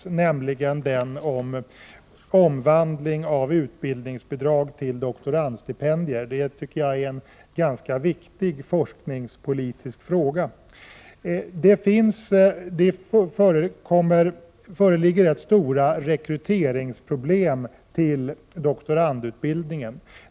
Reservationen handlar om omvandlingen av utbildningsbidrag till doktorandtjänster. Jag tycker att det här är en ganska viktig forskningspolitisk fråga. Det föreligger ju rätt stora rekryteringsproblem när det gäller doktorandutbildningen.